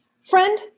friend